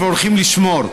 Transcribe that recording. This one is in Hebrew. הולכים לשמור.